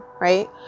right